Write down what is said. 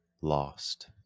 lost